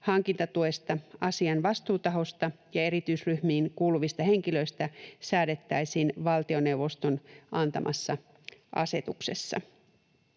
hankintatuesta, asian vastuutahosta ja erityisryhmiin kuuluvista henkilöistä säädettäisiin valtioneuvoston antamassa asetuksessa.